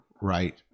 right